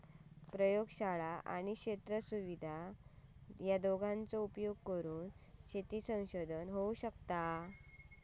प्रयोगशाळा आणि क्षेत्र सुविधा दोघांचो उपयोग करान शेती संशोधन होऊ शकता